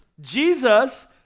Jesus